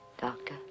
Doctor